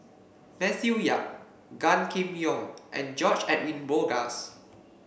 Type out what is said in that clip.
Matthew Yap Gan Kim Yong and George Edwin Bogaars